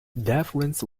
deference